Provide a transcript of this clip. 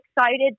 excited